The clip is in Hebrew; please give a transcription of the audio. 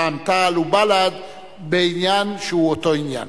רע"ם-תע"ל ובל"ד בעניין שהוא אותו עניין.